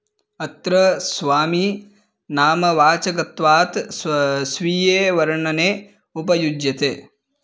अत्र स्वामी नाम वाचकत्वात् स्वा स्वीये वर्णने उपयुज्यते